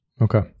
Okay